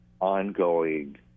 ongoing